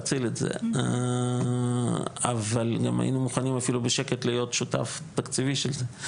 גם היינו מוכנים אפילו בשקט להיות שותף תקציבי של זה.